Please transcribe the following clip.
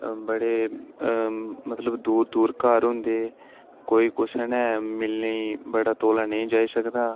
बड़े मतलब दूर दर घर होंदे कोई कुसै ने मिलने ई बड़ा तौलें ने नेईं जाई सकदा हा